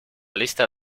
lista